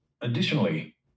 Additionally